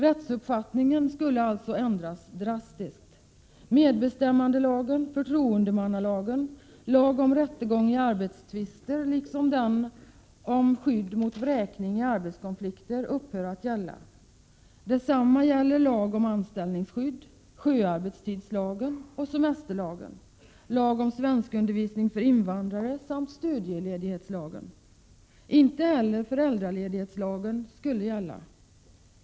Rättsuppfattningen skulle alltså ändras drastiskt. Medbestämmandelagen, förtroendemannalagen, lag om rättegång i arbetstvister liksom lag om skydd mot vräkning i arbetskonflikter upphör att gälla. Detsamma gäller lag om anställningsskydd, sjöarbetstidslagen och semesterlagen, lag om svenskundervisning för invandrare samt studieledighetslagen. Inte heller föräldraledighetslagen skulle gälla.